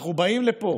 אנחנו באים לפה